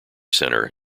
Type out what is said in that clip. center